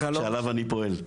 שעליו אני פועל.